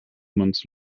months